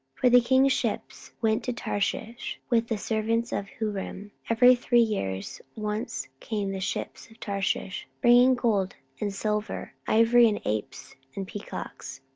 for the king's ships went to tarshish with the servants of huram every three years once came the ships of tarshish bringing gold, and silver, ivory, and apes, and peacocks.